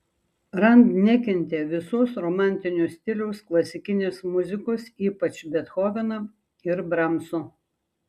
rand nekentė visos romantinio stiliaus klasikinės muzikos ypač bethoveno ir bramso